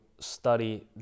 study